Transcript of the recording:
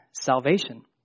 salvation